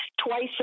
twice